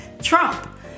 Trump